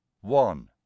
one